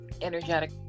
energetic